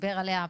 דיבר עליה פרופ'